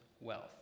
wealth